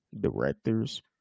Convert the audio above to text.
directors